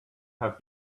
have